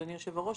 אדוני היושב-ראש,